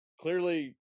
clearly